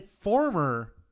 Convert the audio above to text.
Former